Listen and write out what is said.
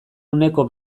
uneko